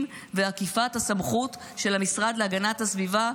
ועקיפת הסמכות של המשרד להגנת הסביבה,